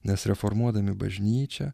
nes reformuodami bažnyčią